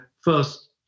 first